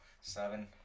Seven